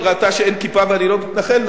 היא ראתה שאין כיפה ואני לא מתנחל,